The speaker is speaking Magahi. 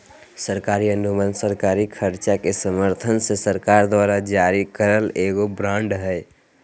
सरकारी अनुबंध सरकारी खर्च के समर्थन ले सरकार द्वारा जारी करल एगो बांड हय